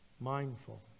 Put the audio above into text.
mindful